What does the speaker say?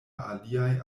aliaj